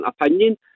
opinion